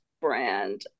brand